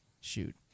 Shoot